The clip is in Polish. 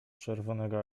czerwonego